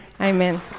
Amen